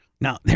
Now